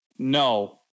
No